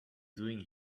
doing